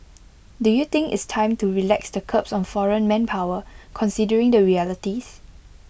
do you think it's time to relax the curbs on foreign manpower considering the realities